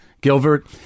gilbert